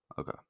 okay